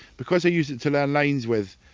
because i use it to learn lines with,